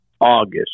August